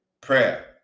Prayer